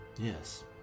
Yes